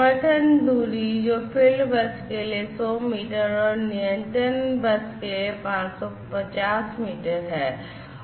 समर्थन दूरी जो फील्ड बस के लिए 100 मीटर और नियंत्रण बस के लिए 550 मीटर है